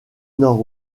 nord